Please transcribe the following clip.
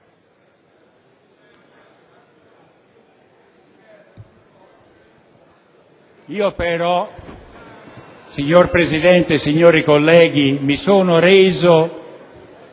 Io però, signor Presidente, onorevoli colleghi, mi sono reso